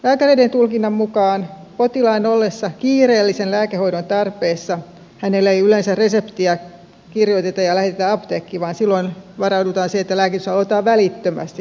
lääkäreiden tulkinnan mukaan potilaan ollessa kiireellisen lääkehoidon tarpeessa hänelle ei yleensä reseptiä kirjoiteta ja lähetetä apteekkiin vaan silloin varaudutaan siihen että lääkitys aloitetaan välittömästi suun kautta tai suoneen